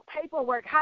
paperwork